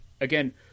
Again